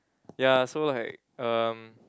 ya so like um